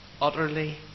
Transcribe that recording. utterly